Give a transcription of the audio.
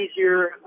easier